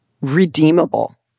redeemable